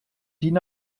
din